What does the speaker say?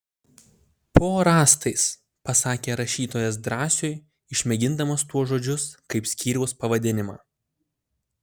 po rąstais pasakė rašytojas drąsiui išmėgindamas tuos žodžius kaip skyriaus pavadinimą